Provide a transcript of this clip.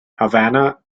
havana